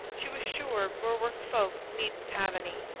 she was sure berwick folk needn't have any.